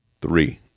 Three